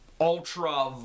ultra